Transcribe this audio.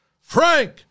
Frank